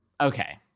Okay